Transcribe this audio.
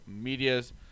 medias